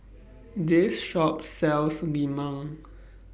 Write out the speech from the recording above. This Shop sells Lemang